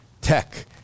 Tech